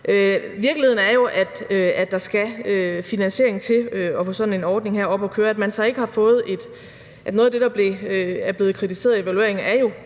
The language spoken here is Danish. Virkeligheden er jo, at der skal en finansiering til at få sådan en ordning her op at køre, og noget af det, der er blevet kritiseret i evalueringen, er jo